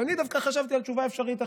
ואני דווקא חשבתי על תשובה אפשרית אחרת.